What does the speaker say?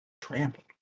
Trampled